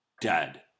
dead